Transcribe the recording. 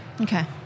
Okay